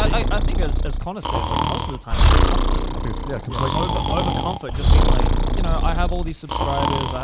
i i think, as as connor said, like most of the time it's comfort. i think it's, yeah, complacency. um over comfort. just being like, you know, i have all these subscribers. i,